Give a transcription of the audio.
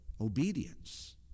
obedience